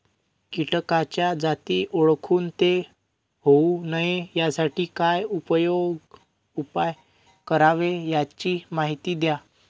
किटकाच्या जाती ओळखून ते होऊ नये यासाठी काय उपाय करावे याची माहिती द्या